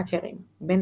האקרים בין